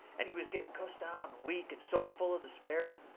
and he was getting cussed out and weak and soaked full of despair.